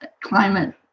climate